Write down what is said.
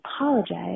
apologize